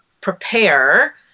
prepare